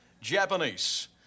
Japanese